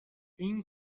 این